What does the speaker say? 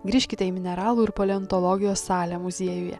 grįžkite į mineralų ir paleontologijos salę muziejuje